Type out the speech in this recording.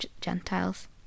Gentiles